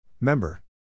Member